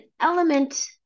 element